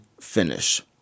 finish